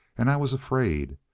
and i was afraid.